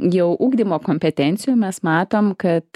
jau ugdymo kompetencijų mes matom kad